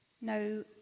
no